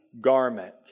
garment